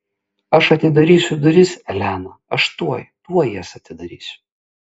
aš atidarysiu duris elena aš tuoj tuoj jas atidarysiu